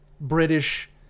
British